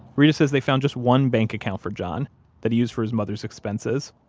reta says they found just one bank account for john that he used for his mother's expenses.